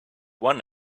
one